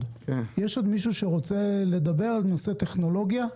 יש עוד מישהו שרוצה לדבר על נושא הטכנולוגיה?